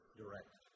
direct